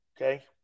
Okay